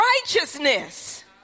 righteousness